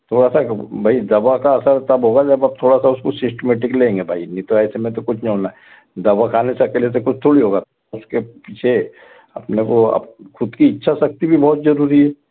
थोड़ा सा भई दवा का असर तब होगा जब आप थोड़ा सा उसको सिस्टमैटिक लेंगे भई नहीं तो ऐसे में तो कुछ नहीं होना है दवा खाने से अकेले से कुछ थोड़ी होगा उसके पीछे अपने को अब खुद की इच्छा शक्ति भी बहुत जरूरी है